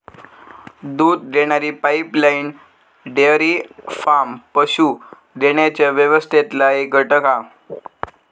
दूध देणारी pipeline dairy farm पशू देण्याच्या व्यवस्थेतला एक घटक हा